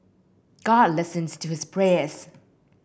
god listens to his prayers